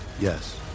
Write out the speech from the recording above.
Yes